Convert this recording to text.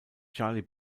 charlie